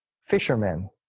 fishermen